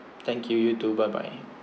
thank you you too bye bye